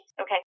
Okay